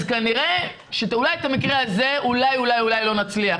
אז כנראה שאולי את המקרה הזה אולי אולי לא נצליח,